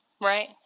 right